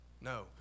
No